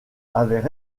avaient